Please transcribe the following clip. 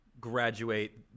graduate